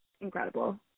incredible